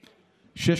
בפרו.